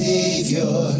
Savior